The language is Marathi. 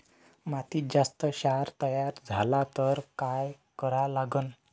मातीत जास्त क्षार तयार झाला तर काय करा लागन?